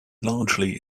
largely